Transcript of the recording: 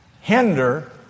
hinder